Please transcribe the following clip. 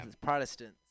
Protestants